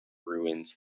ruins